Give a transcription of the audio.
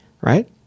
right